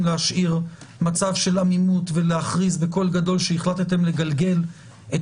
להשאיר מצב של עמימות ולהכריז בקול גדול שהחלטתם לגלגל את